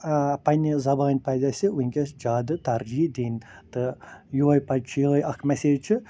آ پَنٕنہِ زَبانہِ پَزِ اَسہِ وُنکٮ۪س زیادٕ ترجیح دِنۍ تہٕ یوٚہے پَتہٕ چھ یہَے اکھ میٚسیج چھِ